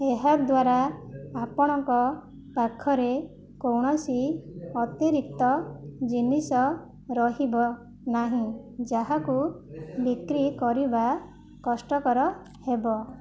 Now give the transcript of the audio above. ଏହାଦ୍ୱାରା ଆପଣଙ୍କ ପାଖରେ କୌଣସି ଅତିରିକ୍ତ ଜିନିଷ ରହିବ ନାହିଁ ଯାହାକୁ ବିକ୍ରି କରିବା କଷ୍ଟକର ହେବ